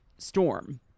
Storm